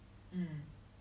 mentality